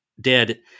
dead